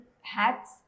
hats